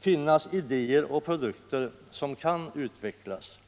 finnas idéer och produkter som kan utvecklas.